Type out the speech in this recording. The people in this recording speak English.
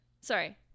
sorry